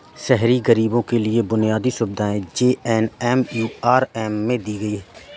शहरी गरीबों के लिए बुनियादी सुविधाएं जे.एन.एम.यू.आर.एम में दी गई